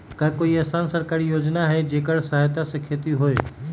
का कोई अईसन सरकारी योजना है जेकरा सहायता से खेती होय?